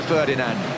Ferdinand